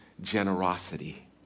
generosity